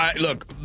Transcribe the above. Look